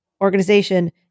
organization